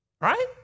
Right